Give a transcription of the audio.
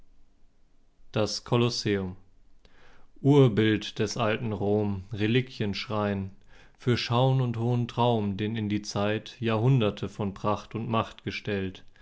das kolosseum urbild des alten rom reliquienschrein für schaun und hohen traum den in die zeit jahrhunderte von pracht und macht gestellt